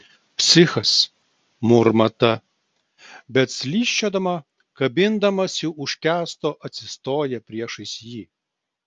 psichas murma ta bet slysčiodama kabindamasi už kęsto atsistoja priešais jį